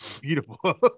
Beautiful